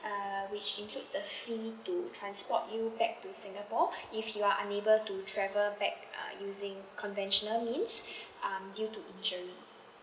uh which includes the fee to transport you back to singapore if you are unable to travel back uh using conventional means um due to injury